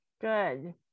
Good